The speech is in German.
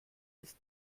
ist